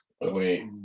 Wait